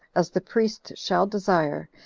as the priest shall desire,